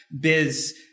Biz